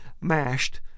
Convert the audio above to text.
mashed